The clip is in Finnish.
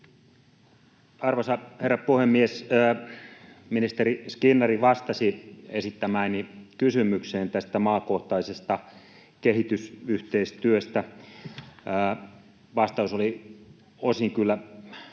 Arvoisa herra puhemies! Ministeri Skinnari vastasi esittämääni kysymykseen tästä maakohtaisesta kehitysyhteistyöstä. Vastaus oli osin kyllä